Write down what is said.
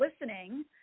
listening